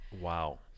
Wow